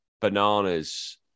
bananas